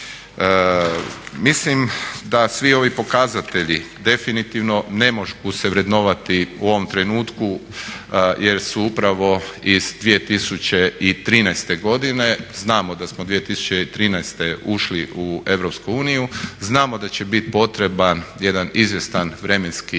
Mislim da svi ovi pokazatelji definitivno ne mogu se vrednovati u ovom trenutku jer su upravo iz 2013. godine. Znamo da smo 2013. ušli u Europsku uniju znamo da će biti potreban jedan izvjestan vremenski